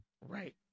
Right